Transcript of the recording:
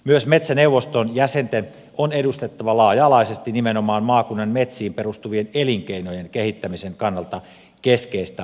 myös metsäneuvoston jäsenten on edustettava laaja alaisesti nimenomaan maakunnan metsiin perustuvien elinkeinojen kehittämisen kannalta keskeistä asiantuntemusta